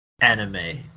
anime